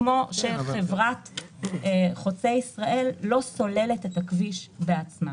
כמו שחברת חוצה ישראל לא סוללת את הכביש בעצמה.